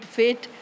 fit